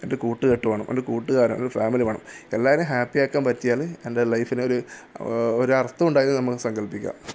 എൻ്റെ കൂട്ടുകെട്ട് വേണം എൻ്റെ കൂട്ടുകാർ ഫാമിലി വേണം എല്ലാവരെയും ഹാപ്പിയാക്കാൻ പറ്റിയാൽ എൻ്റെ ലൈഫിനൊരു ഒരു അർത്ഥം ഉണ്ടായതായി നമുക്ക് സങ്കല്പിക്കാം